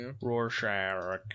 Rorschach